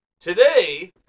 Today